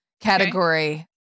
category